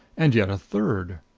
and yet a third.